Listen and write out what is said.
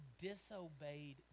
disobeyed